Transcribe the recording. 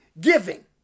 giving